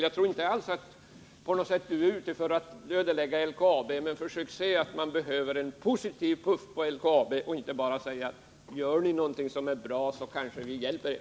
Jag tror inte alls att Bengt Sjönell är ute efter att ödelägga LKAB. Men försök ge LKAB den puff som behövs i stället för att säga att om ni uträttar något så kanske vi hjälper er.